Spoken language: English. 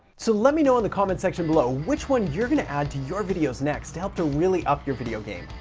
so, let me know in the comment section below, which one you're gonna add to your videos next to help to really up your video game.